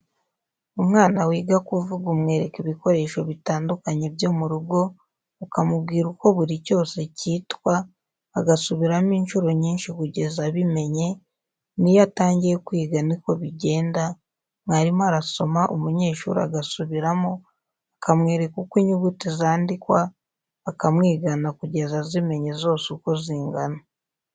Umwana wiga kuvuga umwereka ibikoresho bitandukanye byo mu rugo, ukamubwira uko buri cyose cyitwa, agasubiramo incuro nyinshi kugeza abimenye, n'iyo atangiye kwiga niko bigenda, mwarimu arasoma, umunyeshuri agasubiramo, akamwereka uko inyuguti zandikwa akamwigana kugeza azimenye zose uko zingana.